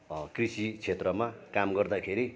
कृषि क्षेत्रमा काम गर्दाखेरि